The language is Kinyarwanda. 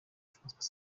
francois